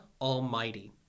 almighty